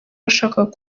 washakaga